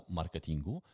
marketingu